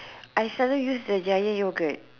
I seldom use the giant yogurt